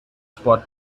sport